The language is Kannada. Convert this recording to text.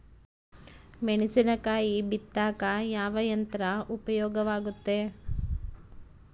ಮೆಣಸಿನಕಾಯಿ ಬಿತ್ತಾಕ ಯಾವ ಯಂತ್ರ ಉಪಯೋಗವಾಗುತ್ತೆ?